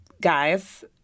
Guys